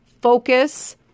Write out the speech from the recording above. focus